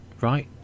right